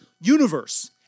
universe